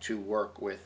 to work with